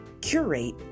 curate